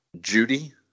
Judy